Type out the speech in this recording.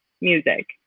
music